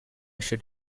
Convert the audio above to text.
should